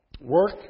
Work